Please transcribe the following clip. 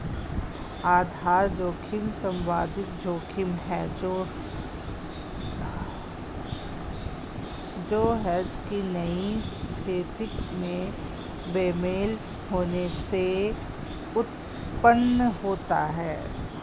आधार जोखिम संभावित जोखिम है जो हेज की गई स्थिति में बेमेल होने से उत्पन्न होता है